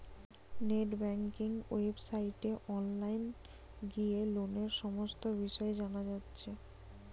net banking ওয়েবসাইটে online গিয়ে লোনের সমস্ত বিষয় জানা যাচ্ছে